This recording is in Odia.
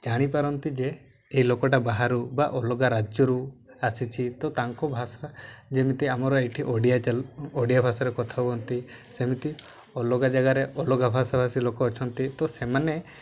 ଜାଣିପାରନ୍ତି ଯେ ଏ ଲୋକଟା ବାହାରୁ ବା ଅଲଗା ରାଜ୍ୟରୁ ଆସିଛି ତ ତାଙ୍କ ଭାଷା ଯେମିତି ଆମର ଏଇଠି ଓଡ଼ିଆ ଓଡ଼ିଆ ଭାଷାରେ କଥା ହୁଅନ୍ତି ସେମିତି ଅଲଗା ଜାଗାରେ ଅଲଗା ଭାଷା ଭାଷୀ ଲୋକ ଅଛନ୍ତି ତ ସେମାନେ